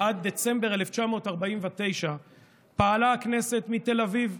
עד דצמבר 1949 פעלה הכנסת מתל אביב,